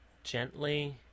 Gently